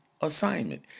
assignment